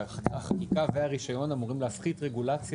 החקיקה והרישיון אמורים להפחית רגולציה.